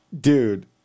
dude